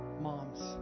moms